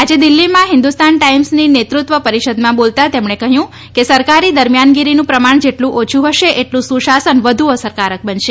આજે દિલ્ફીમાં હિન્દુસ્તાન ટાઈમ્સના નેતૃત્વ પરિષદમાં બોલતા તેમણે કહ્યું કે સરકારી દરમિયાનગીરીનું પ્રમાણ જેટલું ઓછું હશે એટલું સુશાસન વધુ અસરકારક બનશે